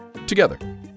together